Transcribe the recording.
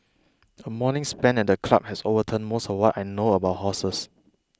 a morning spent at the club has overturned most of what I know about horses